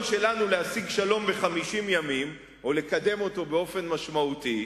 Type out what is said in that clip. שלנו להשיג שלום ב-50 ימים או לקדם אותו באופן משמעותי,